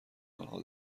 آنها